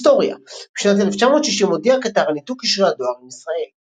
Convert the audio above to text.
היסטוריה בשנת 1960 הודיעה קטר על ניתוק קשרי הדואר עם ישראל.